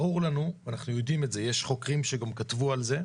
ברור לנו ואנחנו יודעים את זה יש חוקרים שגם כתבו על זה,